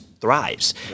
thrives